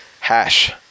Hash